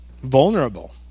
Vulnerable